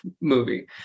movie